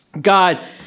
God